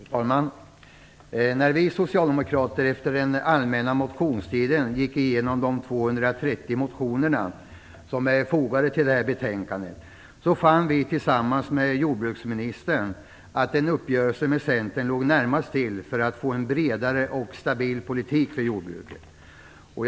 Fru talman! När vi socialdemokrater efter den allmänna motionstiden gick igenom de 230 motioner som är fogade till detta betänkande, fann vi tillsammans med jordbruksministern att en uppgörelse med Centern låg närmast till hands för att få en bredare och stabil jordbrukspolitik.